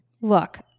look